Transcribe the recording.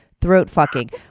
throat-fucking